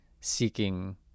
seeking